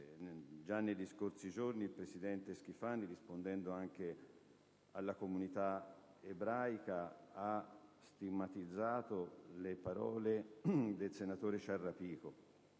già nei giorni scorsi il presidente Schifani, rispondendo anche alla comunità ebraica, ha stigmatizzato le parole del senatore Ciarrapico.